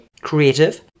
creative